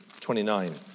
29